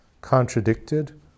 contradicted